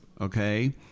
Okay